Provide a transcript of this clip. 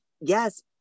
yes